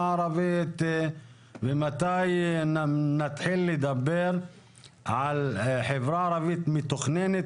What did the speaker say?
הערבית ומתי נתחיל לדבר על חברה ערבית מתוכננת,